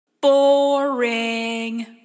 Boring